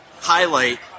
highlight